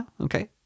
okay